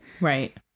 right